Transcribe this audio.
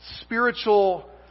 spiritual